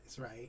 right